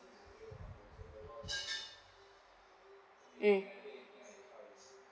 mm